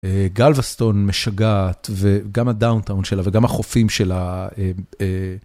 גלווסטון משגעת וגם הדאונטאון שלה וגם החופים שלה.